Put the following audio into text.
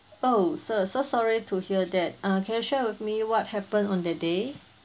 oh sir so sorry to hear that uh can you share with me what happened on that day